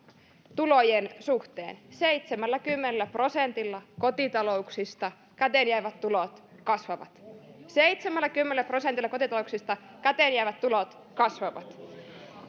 tulojen suhteen seitsemälläkymmenellä prosentilla kotitalouksista käteen jäävät tulot kasvavat seitsemälläkymmenellä prosentilla kotitalouksista käteen jäävät tulot kasvavat